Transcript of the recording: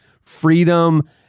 freedom